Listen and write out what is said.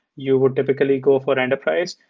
you would typically go for enterprise.